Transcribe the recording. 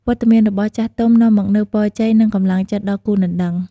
វត្តមានរបស់ចាស់ទុំនាំមកនូវ ពរជ័យ និង កម្លាំងចិត្ត ដល់គូដណ្ដឹង។